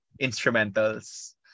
instrumentals